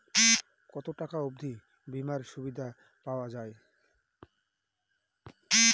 কত টাকা অবধি বিমার সুবিধা পাওয়া য়ায়?